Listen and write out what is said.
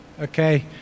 Okay